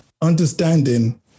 understanding